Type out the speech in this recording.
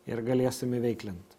ir galėsim įveiklint